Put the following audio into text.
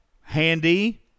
Handy